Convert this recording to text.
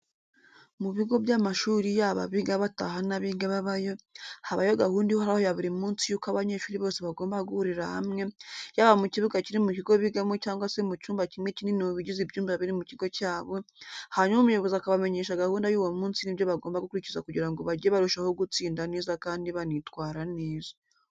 Mu bigo by'amashuri yaba abiga bataha n'abiga babayo, habaho gahunda ihoraho ya buri munsi y'uko abanyeshuri bose bagomba guhurira hamwe, yaba mu kibuga kiri mu kigo bigamo cyangwa se mu cyumba kimwe kinini mu bigize ibyumba biri mu kigo cyabo, hanyuma umuyobozi wabo akabamenyesha gahunda y'uwo munsi n'ibyo bagomba gukurikiza kugira ngo bajye barushaho gutsinda neza kandi banitwara neza.